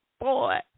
boy